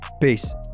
Peace